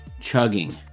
chugging